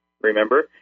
remember